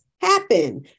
happen